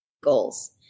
goals